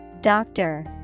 Doctor